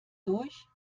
durch